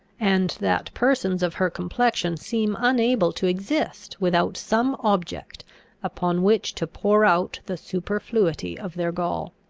and that persons of her complexion seem unable to exist without some object upon which to pour out the superfluity of their gall.